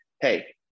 hey